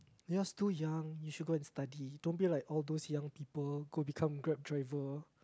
you are still too young you should go and study don't be like all those young people go become grab driver